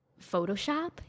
Photoshop